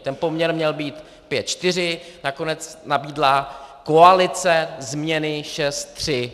Ten poměr měl být 5:4, nakonec nabídla koalice změny 6:3.